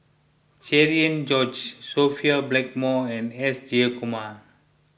Cherian George Sophia Blackmore and S Jayakumar